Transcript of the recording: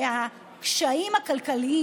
שהקשיים הכלכליים,